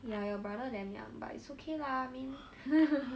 ya your brother damn young but it's okay lah mean